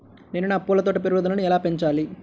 నేను నా పూల తోట పెరుగుదలను ఎలా పెంచాలి?